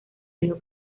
río